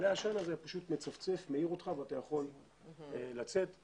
גלאי העשן הזה מצפצף ואפשר לצאת מהבית.